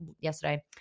yesterday